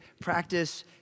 practice